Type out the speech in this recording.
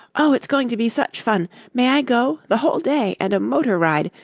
oh, it's going to be such fun! may i go? the whole day, and a motor ride,